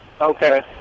Okay